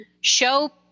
show